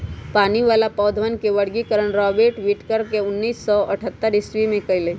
पानी वाला पौधवन के वर्गीकरण रॉबर्ट विटकर ने उन्नीस सौ अथतर ईसवी में कइलय